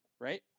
right